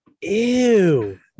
Ew